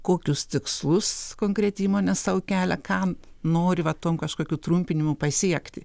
kokius tikslus konkreti įmonė sau kelia kam nori va tom kažkokių trumpinimų pasiekti